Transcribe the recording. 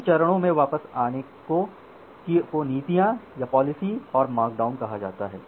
इन चरणों में वापस आने को नीतियां पालिसी और मार्कडाउन कहा जाता है